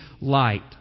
light